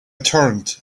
turned